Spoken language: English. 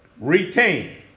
Retain